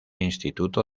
instituto